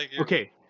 okay